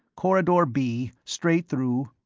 corridor b, straight through.